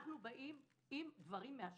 אנחנו באים עם דברים מן השטח.